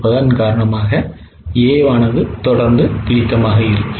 எனவே A தொடர்ந்து பிடித்ததாக இருக்கிறது